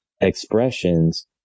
expressions